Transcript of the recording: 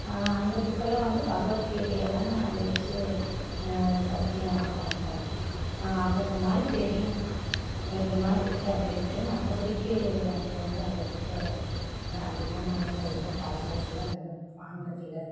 அந்த புக்கெல்லாம் வந்து பகவத் கீதையில் தான் அதை வச்சு சத்தியம் வாங்கிறாங்க அதை அந்த மாதிரி தெரியும் அது அந்த மாதிரி இருக்குது அப்படின்ட்டு மற்றபடிக்கு எனக்கு வந்து அந்த புக்கை அதிகமாக நான் எதுவும் பழங்காலத்தில் நான் எதுவும் வாங்கினது இல்லை